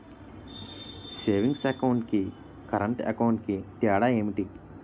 Savings account కి current account కి తేడా ఏమిటి?